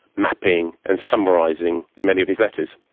mapping and summarising many of his letters.